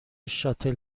شاتل